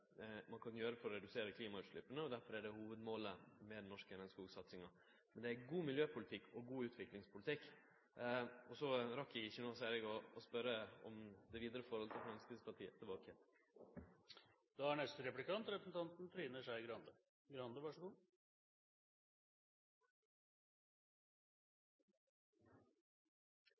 ein kan gjere for å redusere klimautsleppa, og derfor er det hovudmålet med den norske regnskogssatsinga. Men det er god miljøpolitikk og god utviklingspolitikk. Så rakk eg ikkje å spørje om det vidare forholdet til Framstegspartiet.